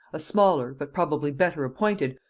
a smaller, but probably better appointed,